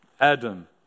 Adam